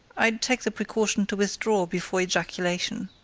i take the precaution to withdraw before ejaculation.